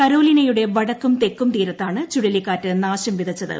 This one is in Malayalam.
കരോലിനയുടെ വടക്കും തെക്കും തീരത്താണ് ചുഴലിക്കറ്റ് നാശം വിതച്ചത്